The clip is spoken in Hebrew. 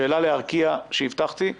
שאלה לארקיע שהבטחתי,